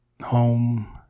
home